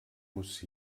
muss